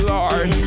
Lord